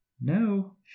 no